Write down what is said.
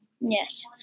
Yes